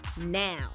now